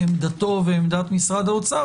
בעמדתו ובעמדת משרד האוצר.